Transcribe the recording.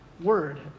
word